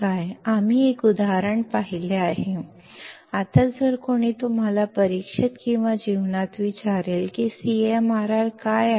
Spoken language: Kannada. ನಾವು ಒಂದು ಉದಾಹರಣೆಯನ್ನು ನೋಡಿದ್ದೇವೆ ಈಗ ಯಾರಾದರೂ ನಿಮ್ಮನ್ನು ಪರೀಕ್ಷೆಯಲ್ಲಿ ಅಥವಾ ವೈವೋದಲ್ಲಿ ಕೇಳಿದರೆ CMRR ಹೇಗಿರಬೇಕು